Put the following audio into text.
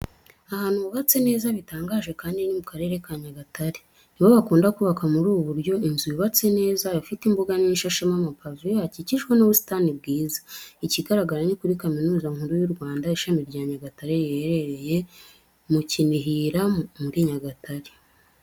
Ahantu hubatse neza bitangaje kandi ni mu Karere ka Nyagatare, ni bo bakunda kubaka muri ubu buryo inzu yubatse neza, ifite imbuga nini ishashemo amapave hakikijwe n'ubusitani bwiza. Ikigaragara ni kuri Kaminuza Nkuru y'u Rwanda, Ishami rya Nyagatare riherereye mu Kinihira muri Nyagatare.